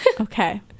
Okay